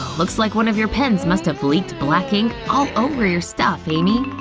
looks like one of your pens must have leaked black ink all over your stuff, amy.